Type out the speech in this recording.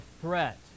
threat